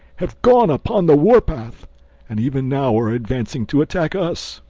have gone upon the war-path and even now are advancing to attack us.